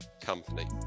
company